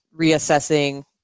reassessing